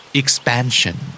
expansion